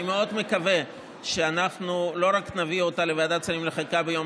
אני מאוד מקווה שאנחנו לא רק נביא אותה לוועדת השרים לחקיקה ביום